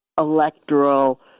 electoral